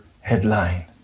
headline